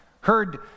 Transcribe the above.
heard